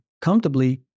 comfortably